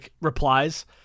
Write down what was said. replies